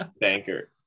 banker